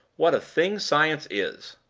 what a thing science is!